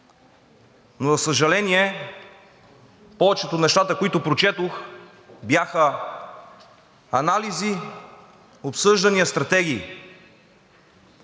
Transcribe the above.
но за съжаление, повечето от нещата, които прочетох, бяха анализи, обсъждания, стратегии.